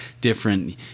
different